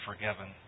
forgiven